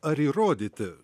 ar įrodyti